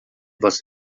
was